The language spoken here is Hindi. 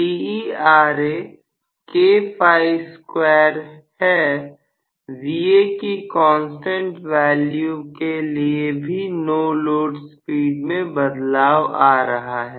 Va की कांस्टेंट वैल्यू के लिए भी नो लोड स्पीड में बदलाव आ रहा है